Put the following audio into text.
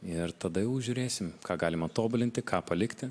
ir tada jau žiūrėsim ką galima tobulinti ką palikti